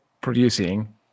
producing